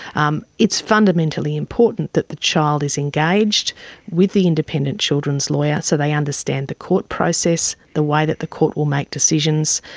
um it's fundamentally important that the child is engaged with the independent children's lawyer so they understand the court process, the way that the court will make decisions,